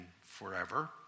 forever